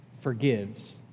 forgives